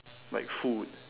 like food